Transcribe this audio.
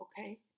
okay